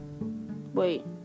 Wait